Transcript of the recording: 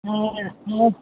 ہوں ہوں